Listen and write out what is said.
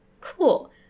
cool